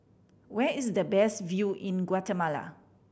where is the best view in Guatemala